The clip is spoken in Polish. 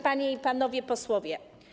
Panie i Panowie Posłowie!